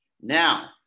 Now